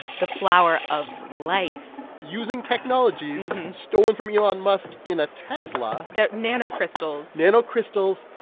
the flower of life using technologies stolen from elon musk in a tesla they're nanocrystals nanocrystals.